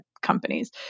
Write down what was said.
companies